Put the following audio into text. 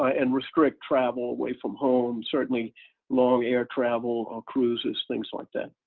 ah and restrict travel away from home, certainly long air travel or cruises, things like that.